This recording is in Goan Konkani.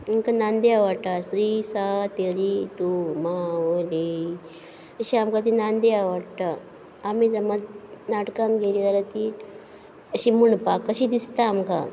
आमकां नांदी आवडटा स्री सांतेरी तूं मावली अशी आमकां ती नांदी आवाडटा आमी समज नाटकान गेलीं जाल्या ती अशी म्हुणपाक कशी दिसता आमकां